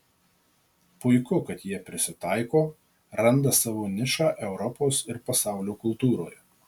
puiku kad jie prisitaiko randa savo nišą europos ir pasaulio kultūroje